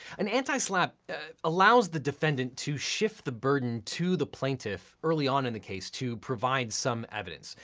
an anti-slapp allows the defendant to shift the burden to the plaintiff early on in the case to provide some evidence.